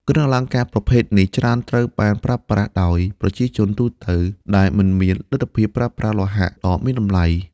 គ្រឿងអលង្ការប្រភេទនេះច្រើនត្រូវបានប្រើប្រាស់ដោយ ប្រជាជនទូទៅ ដែលមិនមានលទ្ធភាពប្រើប្រាស់លោហៈដ៏មានតម្លៃ។